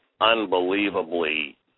unbelievably